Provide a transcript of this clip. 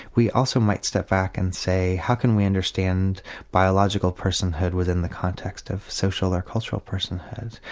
we also might step back and say how can we understand biological personhood within the context of social or cultural personhood.